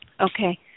Okay